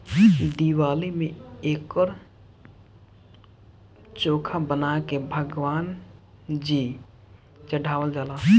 दिवाली में एकर चोखा बना के भगवान जी चढ़ावल जाला